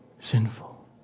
sinful